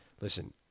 listen